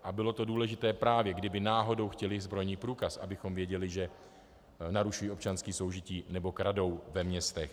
A bylo to důležité, právě kdyby náhodou chtěli zbrojní průkaz, abychom věděli, že narušují občanské soužití nebo kradou ve městech.